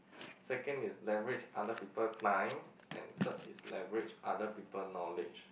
second is leverage other people time and third is leverage other people knowledge